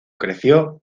creció